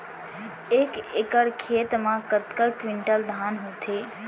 एक एकड़ खेत मा कतका क्विंटल धान होथे?